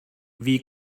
wie